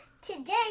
today